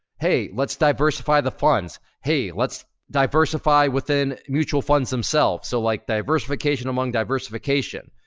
hey, let's diversity the funds, hey, let's diversity within mutual funds themselves. so like, diversification among diversification.